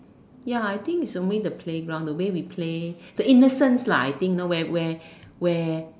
ya I think is only the playground the way we play the innocence lah I think you know where where where